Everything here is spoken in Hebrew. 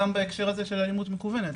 גם בהקשר הזה של אלימות מקוונת,